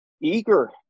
eager